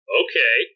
okay